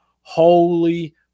Holy